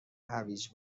هویج